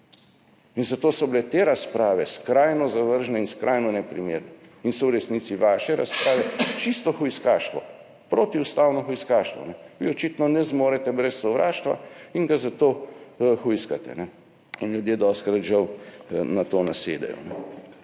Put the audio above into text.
Zato so bile te razprave skrajno zavržne in skrajno neprimerne in so v resnici vaše razprave čisto hujskaštvo, protiustavno hujskaštvo. Vi očitno ne zmorete brez sovraštva in ga zato hujskate in ljudje dostikrat temu žal nasedejo.